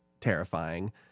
terrifying